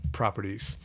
properties